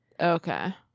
Okay